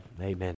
Amen